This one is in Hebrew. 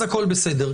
הכול בסדר,